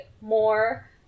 more